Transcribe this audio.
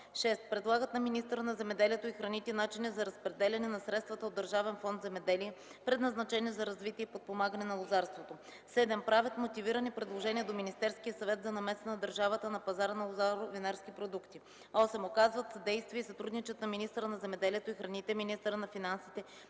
6. предлагат на министъра на земеделието и храните начини за разпределяне на средствата от Държавен фонд „Земеделие”, предназначени за развитие и подпомагане на лозарството; 7. правят мотивирани предложения до Министерския съвет за намеса на държавата на пазара на лозаро-винарски продукти; 8. оказват съдействие и сътрудничат на министъра на земеделието и храните, министъра на финансите,